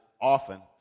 often